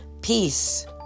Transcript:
Peace